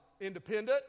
independent